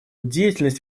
деятельность